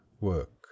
work